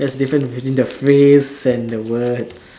there's a difference between the phrase and the words